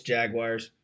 Jaguars